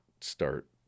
start